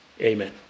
Amen